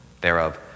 thereof